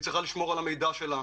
היא צריכה לשמור על המידע שברשותה,